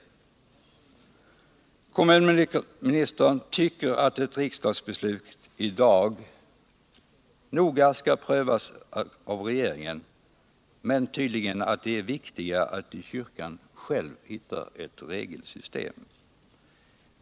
Kommunministern tycker att ett riksdagsbeslut i dag noga skall prövas av regeringen, men tydligen att det är viktigare att kyrkan själv hittar ett regelsystem.